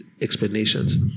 explanations